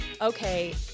Okay